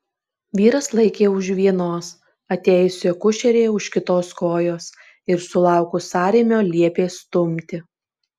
vyras laikė už vienos atėjusi akušerė už kitos kojos ir sulaukus sąrėmio liepė stumti